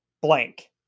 blank